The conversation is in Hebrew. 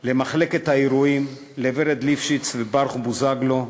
למחלקת האירועים, לוורד ליפשיץ וברוך בוזגלו.